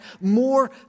more